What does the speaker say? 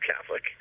Catholic